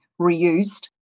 reused